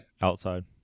outside